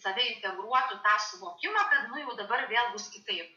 tave integruotų į tą suvokimą kad nu jau dabar vėl bus kitaip